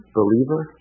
believer